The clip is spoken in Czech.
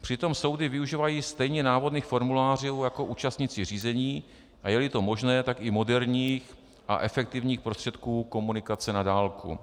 Přitom soudy využívají stejně návodných formulářů jako účastníci řízení, a jeli to možné, tak i moderních a efektivních prostředků komunikace na dálku.